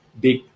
big